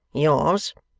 yours.